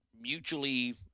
mutually –